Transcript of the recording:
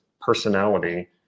personality